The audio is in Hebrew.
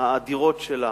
האדירות שלה